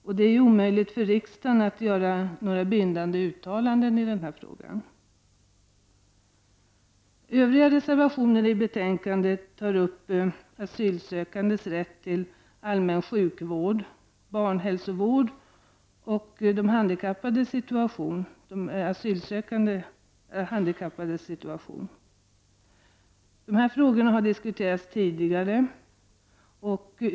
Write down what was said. Och det är omöjligt för riksdagen att göra några bindande uttalanden i denna fråga. Övriga reservationer i betänkandet tar upp asylsökandes rätt till allmän sjukvård, barnhälsovård och de handikappade asylsökandes situation. Dessa frågor har diskuterats tidigare.